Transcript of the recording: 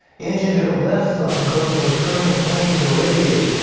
injured her left thumb, causing reoccurring pain to radiate.